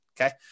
Okay